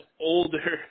older